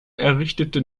errichtete